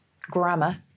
Grammar